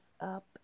up